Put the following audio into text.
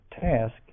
task